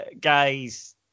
guys